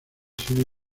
sido